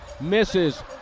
misses